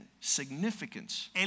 significance